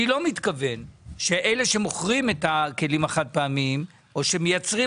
אני לא מתכוון שאלה שמוכרים את הכלים החד-פעמיים או שמייצרים